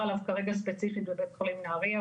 עליו כרגע ספציפית בבית חולים נהריה,